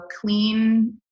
clean